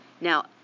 Now